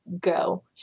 go